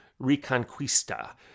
reconquista